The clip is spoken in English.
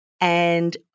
and-